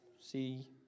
see